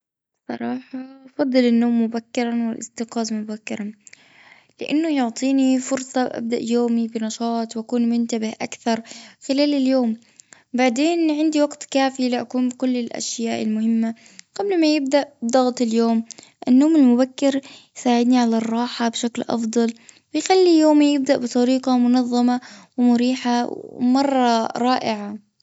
بصراحة بفضل النوم مبكرا والأستيقاظ مبكرا. لأنه يعطيني فرصة ابدأ يومي بنشاط وأكون منتبه أكثر خلال اليوم. بعدين عندي وقت كافي لأقوم بكل الأشياء المهمة قبل ما يبدأ ضغط اليوم. النوم المبكر يساعدني على الراحة بشكل أفضل بيخلي يومي يبدأ بطريقة منزمة ومريحة مرة رائعة.